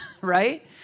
right